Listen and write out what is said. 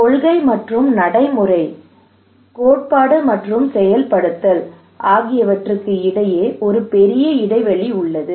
கொள்கை மற்றும் நடைமுறை கோட்பாடு மற்றும் செயல்படுத்தல் ஆகியவற்றுக்கு இடையே ஒரு பெரிய இடைவெளி ஏன்